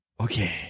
okay